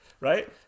right